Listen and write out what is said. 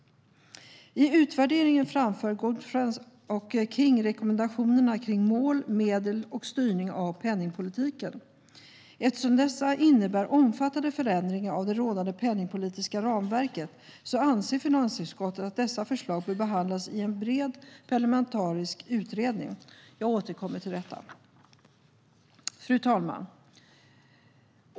I utvärderingen framför Goodfriend och King rekommendationer kring mål, medel och styrning av penningpolitiken. Eftersom dessa innebär omfattande förändringar av det rådande penningpolitiska ramverket anser finansutskottet att dessa förslag bör behandlas i en bred parlamentarisk utredning. Jag återkommer till detta. Fru talman!